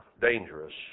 dangerous